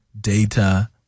data